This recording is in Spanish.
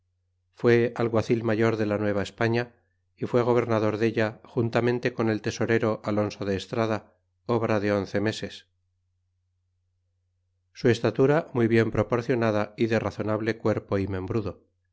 fue alguacil mayor de la nueva españa y fué gobernador della juntamente con el tesorero alonso de estrada obra de once meses su estatura muy bien proporcionada y de razonable cuerpo y membrudo